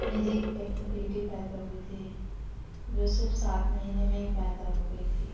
میری ایک بیٹی پیدا ہوئی تھی جو صرف سات مہینے میں ہی پیدا ہوگئی تھی